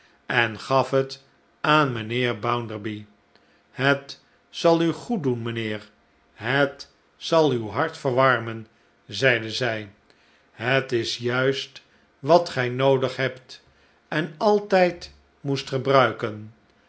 en gaf het aan mijnheer bounderby het zal u goeddoen mijnheer het zal uw hart verwarmen zeide zij het is juist wat gij noodig hebt en altijd moest gebruiken